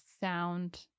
sound